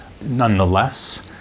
nonetheless